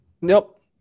Nope